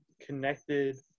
connected